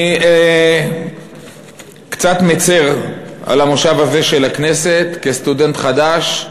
אני קצת מצר על המושב הזה של הכנסת, כסטודנט חדש,